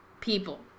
people